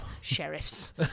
sheriffs